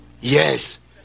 Yes